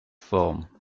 form